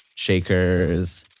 shakers,